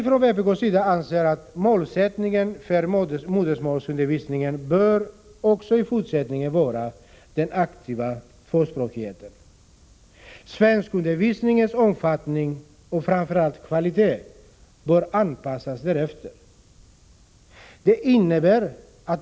Från vpk:s sida anser vi att målsättningen för modersmålsundervisning också i fortsättningen bör vara den aktiva tvåspråkigheten. Svenskundervisningens omfattning och framför allt kvalitet bör anpassas därefter.